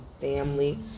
family